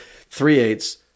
three-eighths